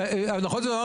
איפה זה מצוי?